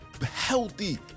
healthy